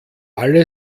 alle